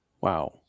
Wow